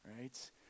right